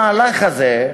המהלך הזה,